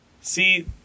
See